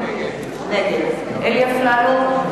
נגד אלי אפללו,